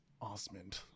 Osmond